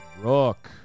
Rook